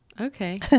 Okay